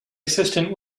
assistant